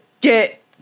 get